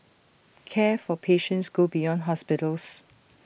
care for patients go beyond hospitals